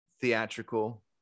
theatrical